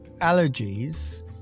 allergies